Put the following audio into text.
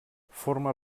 forma